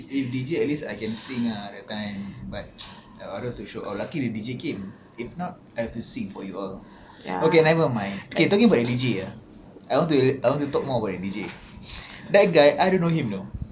if D_J at least I can sing ah that time but I don't want to show off lucky the D_J came if not I have to sing for you all okay nevermind okay talking about the D_J ah